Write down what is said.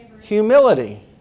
Humility